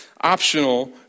optional